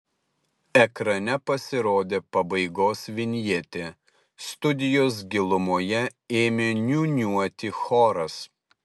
ekrane pasirodė pabaigos vinjetė studijos gilumoje ėmė niūniuoti choras